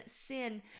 sin